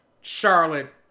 Charlotte